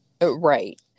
right